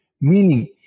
meaning